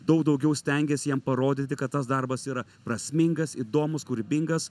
daug daugiau stengiasi jiem parodyti kad tas darbas yra prasmingas įdomus kūrybingas